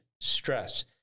stress